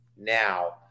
Now